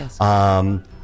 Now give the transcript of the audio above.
Yes